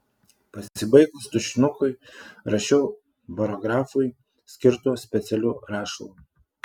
pasibaigus tušinukui rašiau barografui skirtu specialiu rašalu